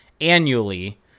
annually